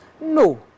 No